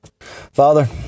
Father